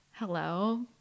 hello